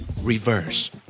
Reverse